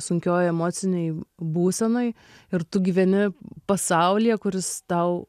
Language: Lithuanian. sunkioj emocinėj būsenoj ir tu gyveni pasaulyje kuris tau